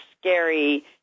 scary